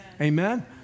Amen